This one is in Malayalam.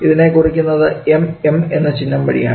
ഇതിനെ കുറിക്കുന്നതും Mm എന്ന ചിഹ്നം വഴിയാണ്